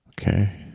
Okay